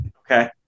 Okay